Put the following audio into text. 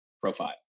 profile